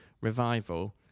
revival